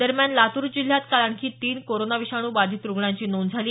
दरम्यान लातूर जिल्ह्यात काल आणखी तीन कोरोना विषाणू बाधित रुग्णांची नोंद झाली